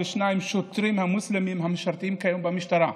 השוטרים המוסלמים המשרתים כיום במשטרה.